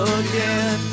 again